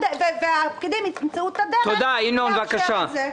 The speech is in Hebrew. והפקידים ימצאו את הדרך לאפשר את זה.